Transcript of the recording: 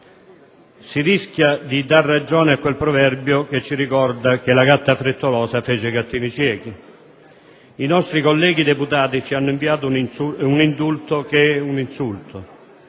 Si rischia di dare ragione a quel proverbio che ci ricorda che la gatta frettolosa fece i gattini ciechi. I nostri colleghi deputati ci hanno inviato un indulto che è un insulto: